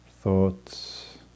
Thoughts